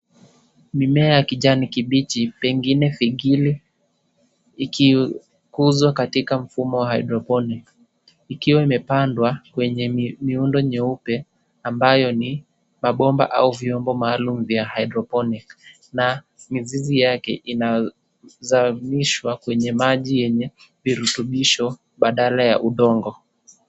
Mimea ya kijani kibichi, pengine fikili ikikuzwa katika mfumo wa hydroponic ikiwa imepandwa kwenye miundo nyeupe ambayo ni mabomba au vyombo maalum vya hydroponiki na mizizi yake inazamishwa kwenye maji yenye virutubisho badala ya udongo.